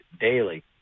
daily